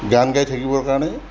গান গাই থাকিবৰ কাৰণে